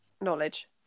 knowledge